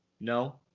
no